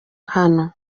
hano